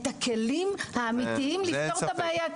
את הכלים האמיתיים לפתור את הבעיה.